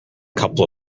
couple